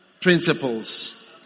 principles